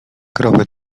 krowy